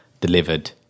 delivered